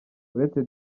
uretse